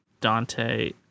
Dante